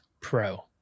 pro